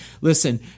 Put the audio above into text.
listen